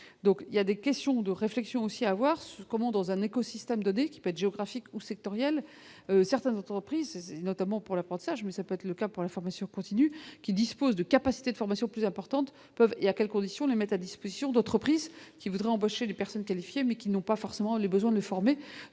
donc il y a des questions de réflexion aussi avoir ce comment dans un écosystème qui pète géographique ou sectoriel certains entreprises notamment pour l'apprentissage, mais ça peut être le cas pour la formation continue, qui disposent de capacités de formation plus importantes peuvent et à quelles conditions les met à disposition d'entreprises qui voudraient embaucher des personnes qualifiées, mais qui n'ont pas forcément le besoin de former,